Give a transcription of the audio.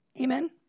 Amen